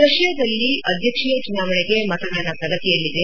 ರಷ್ಟಾದಲ್ಲಿ ಅಧ್ಯಕ್ಷೀಯ ಚುನಾವಣೆಗೆ ಮತದಾನ ಪ್ರಗತಿಯಲ್ಲಿದೆ